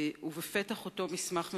בפתח אותו מסמך מפורט,